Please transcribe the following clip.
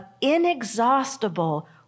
inexhaustible